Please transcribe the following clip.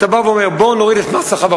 אתה בא ואומר: בוא נוריד את מס החברות,